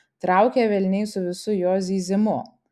trauk ją velniai su visu jos zyzimu